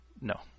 No